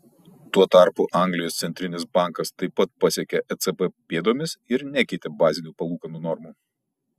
tuo tarpu anglijos centrinis bankas taip pat pasekė ecb pėdomis ir nekeitė bazinių palūkanų normų